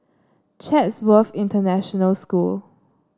Chatsworth International School